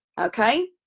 okay